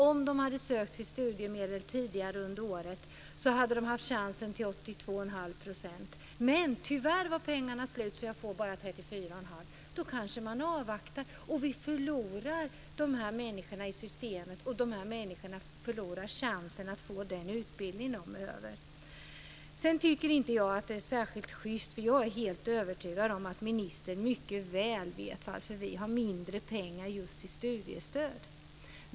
Om de hade sökt sitt studiemedel tidigare under året hade de haft chansen till 82 %, men tyvärr var pengarna slut, så de fick bara 34,5 %. Då kanske man avvaktar, och vi förlorar de här människorna i systemet, och de här människorna förlorar chansen att få den utbildning de behöver. Sedan tycker inte jag att detta är särskilt schyst. Jag är helt övertygad om att ministern mycket väl vet varför vi har mindre pengar just till studiestöd.